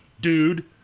dude